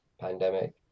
pandemic